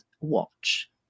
watch